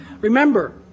remember